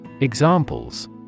Examples